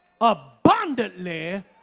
abundantly